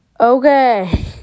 Okay